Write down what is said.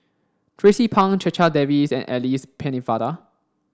Tracie Pang Checha Davies and Alice Pennefather